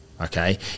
okay